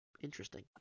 Interesting